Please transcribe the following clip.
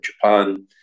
Japan